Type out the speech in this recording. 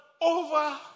over